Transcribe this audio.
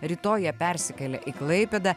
rytoj jie persikėlia į klaipėdą